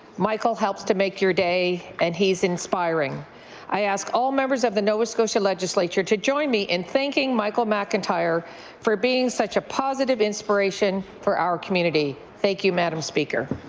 michael helps to make your day and he's inspiring i ask all members of the nova scotia legislature to join me in thanking michael mcintyre for being such a positive inspiration for our community. thank you madam speaker.